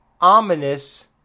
ominous